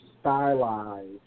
stylized